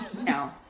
No